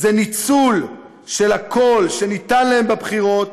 זה ניצול של הקול שניתן להם בבחירות